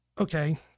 okay